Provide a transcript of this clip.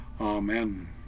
Amen